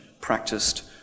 practiced